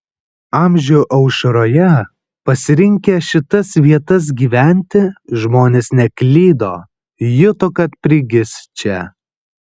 amžių aušroje pasirinkę šitas vietas gyventi žmonės neklydo juto kad prigis čia